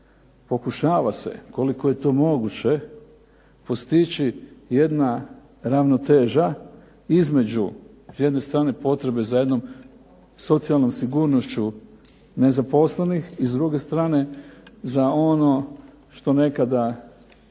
pokušava se koliko je to moguće postići jedna ravnoteža između s jedne strane potrebe za jednom socijalnom sigurnošću nezaposlenih i s druge strane za ono što nekada